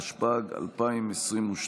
התשפ"ג 2022,